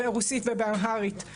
ברוסית ובאמהרית,